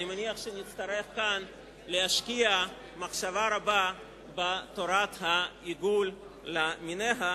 אני מניח שנצטרך כאן להשקיע מחשבה רבה בתורת העיגול למיניה,